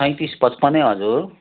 सैँतिस पचपन्न नै हजुर